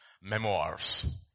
memoirs